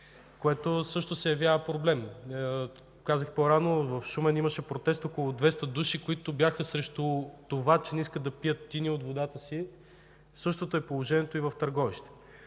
което също се явява проблем. Казах и по-рано, в Шумен имаше протест – около 200 души, които бяха срещу това, че не искат да пият тиня от водата си. Същото е положението и в Търговище.